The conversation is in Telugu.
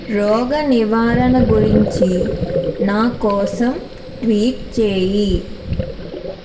రోగ నివారణ గురించి నా కోసం ట్వీట్ చేయి